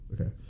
Okay